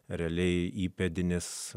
realiai įpėdinis